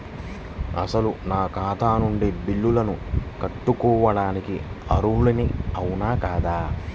అసలు నా ఖాతా నుండి బిల్లులను కట్టుకోవటానికి అర్హుడని అవునా కాదా?